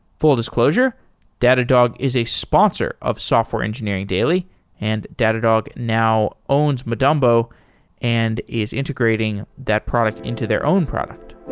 full disclosure datadog is a sponsor of software engineering daily and datadog now owns madumbo and is integrating that product into their own product